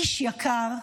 איש יקר,